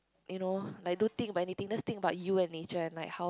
you know like do things but anything let's think about you and nature and like how